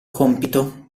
compito